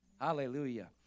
Hallelujah